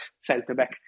centre-back